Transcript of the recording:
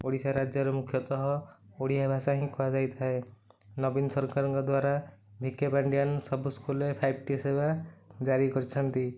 ଓଡ଼ିଶା ରାଜ୍ୟର ମୁଖ୍ୟତଃ ଓଡ଼ିଆ ଭାଷା ହିଁ କୁହା ଯାଇଥାଏ ନବୀନ ସରକାରଙ୍କ ଦ୍ୱାରା ବି କେ ପାଣ୍ଡିଆନ ସବୁ ସ୍କୁଲରେ ଫାଇଭ୍ଟି ସେବା ଜାରି କରିଛନ୍ତି